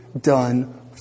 done